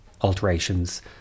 alterations